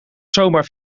zomaar